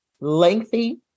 lengthy